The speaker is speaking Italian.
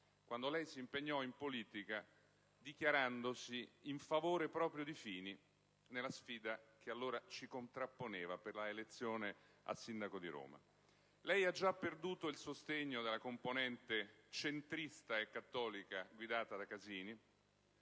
quando lei si impegnò in politica dichiarandosi in favore proprio di Fini nella sfida che allora ci contrapponeva per la elezione a sindaco di Roma. Lei ha già perduto il sostegno della componente centrista e cattolica guidata da Casini;